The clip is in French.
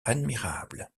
admirable